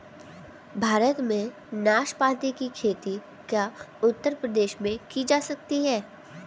भारत में नाशपाती की खेती क्या उत्तर प्रदेश में की जा सकती है?